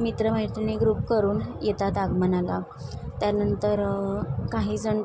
मित्र मैत्रिणी ग्रुप करून येतात आगमनाला त्यानंतर काहीजण